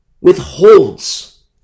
withholds